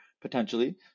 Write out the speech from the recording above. Potentially